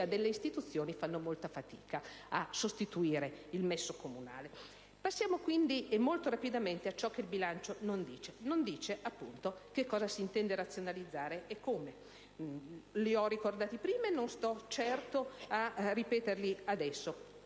delle istituzioni, fanno fatica a sostituire il messo comunale. Passiamo quindi, e molto rapidamente, a ciò che il bilancio non dice. Non dice cosa e come si intenda razionalizzare. Li ho ricordati prima e non sto certo a ripeterli adesso,